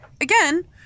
again